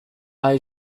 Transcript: high